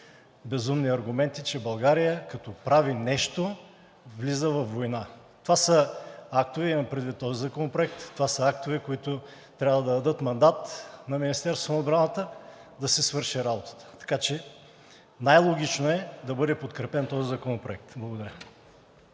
безумни аргументи, че България, като прави нещо, влиза във война. Това са актове – имам предвид този законопроект – това са актове, които трябва да дадат мандат на Министерството на отбраната да си свърши работата. Така че най-логично е да бъде подкрепен този законопроект. Благодаря.